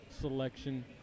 selection